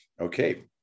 okay